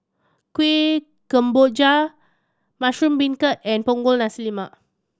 Kuih Kemboja mushroom beancurd and Punggol Nasi Lemak